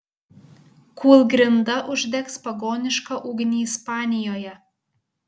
kūlgrinda uždegs pagonišką ugnį ispanijoje